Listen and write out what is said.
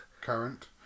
Current